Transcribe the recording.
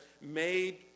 made